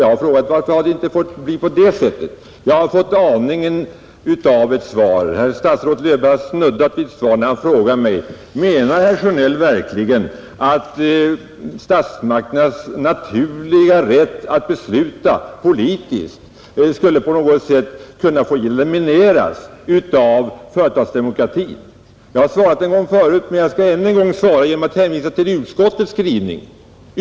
Jag har frågat mig varför inte en sakdebatt har kommit till stånd, men statsrådet Löfberg har snuddat vid ett svar när han frågar mig: Menar herr Sjönell verkligen att statsmakternas naturliga rätt att besluta politiskt på något sätt skulle kunna få elimineras av företagsdemokrati? Jag har svarat en gång förut, men jag skall än en gång svara genom att hänvisa till utskottets skrivning.